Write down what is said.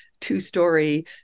two-story